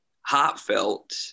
heartfelt